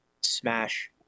smash